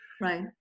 Right